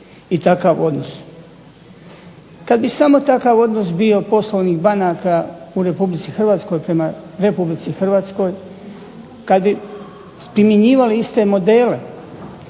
i takav odnos. Kad bi samo takav odnos bio poslovnih banaka u RH prema RH, kad bi primjenjivali iste modele